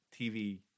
TV